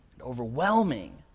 overwhelming